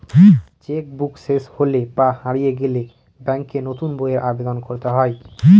check book শেষ হলে বা হারিয়ে গেলে ব্যাঙ্কে নতুন বইয়ের আবেদন করতে হয়